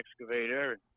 excavator